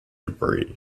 debris